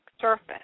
surface